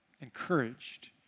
encouraged